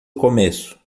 começo